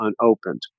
unopened